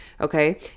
okay